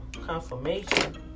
confirmation